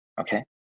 Okay